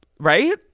Right